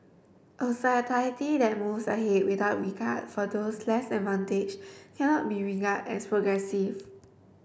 a society that moves ahead without regard for those less advantaged cannot be regarded as progressive